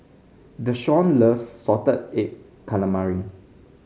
Deshaun loves Salted Egg Calamari